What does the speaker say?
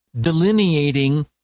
delineating